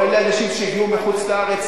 או שאלה אנשים שהגיעו מחוץ-לארץ,